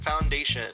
foundation